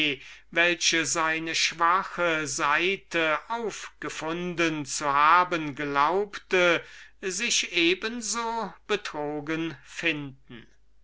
welche seine schwache seite ausfündig gemacht zu haben glauben mag sich eben so betrogen finden